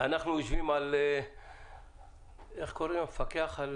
אנחנו יושבים על המפקח על